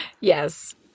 Yes